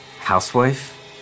Housewife